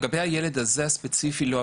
לגבי הילד הספציפי הזה, לא.